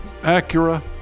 Acura